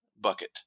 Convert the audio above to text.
bucket